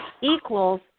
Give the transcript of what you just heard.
equals